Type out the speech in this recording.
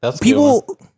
people